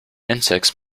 insects